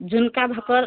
zunka bhakar